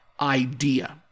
idea